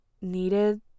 needed